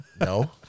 no